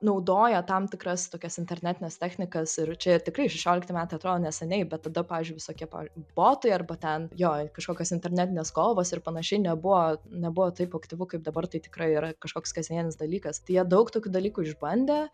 naudoja tam tikras tokias internetines technikas ir čia tikrai šešiolikti metai atrodo neseniai bet tada pavyzdžiui visokie paverbotai arba ten jo ir kažkokios internetinės kovos ir panašiai nebuvo nebuvo taip aktyvu kaip dabar tai tikrai yra kažkoks kasdieninis dalykas tai jie daug tokių dalykų išbandę